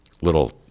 little